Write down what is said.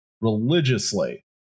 religiously